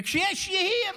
כשיש יהיר,